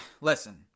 listen